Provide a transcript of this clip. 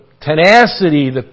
tenacity